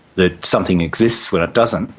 that something exists when it doesn't,